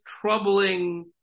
troubling